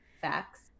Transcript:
Facts